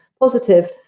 positive